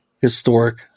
historic